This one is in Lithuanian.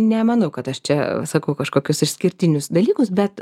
nemanau kad aš čia sakau kažkokius išskirtinius dalykus bet